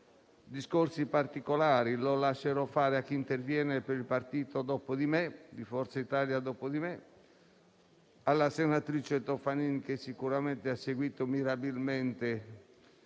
discorsi particolari. Lo lascerò fare a chi interverrà per il Gruppo Forza Italia dopo di me, alla senatrice Toffanin, che sicuramente ha seguito mirabilmente